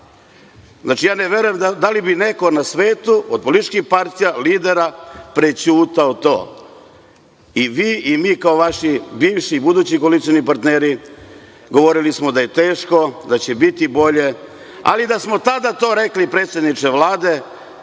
Znači, ne verujem da li bi neko na svetu od političkih partija, lidera, prećutao to. I vi i mi kao vaši bivši i budući politički partneri govorili smo da je teško, da će biti bolje. Ali, da smo tada to rekli, predsedniče Vlade,